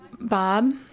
Bob